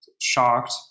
shocked